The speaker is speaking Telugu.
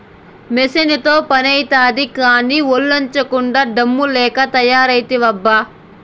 మెసీనుతో పనైతాది కానీ, ఒల్లోంచకుండా డమ్ము లెక్క తయారైతివబ్బా